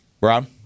Rob